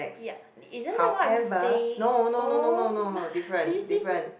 ya isn't that what I'm saying oh my